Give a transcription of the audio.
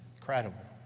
incredible!